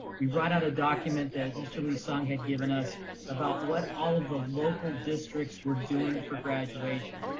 we brought out a document that mr. lee-sung had given us about what all of the local districts were doing for graduation.